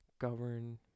govern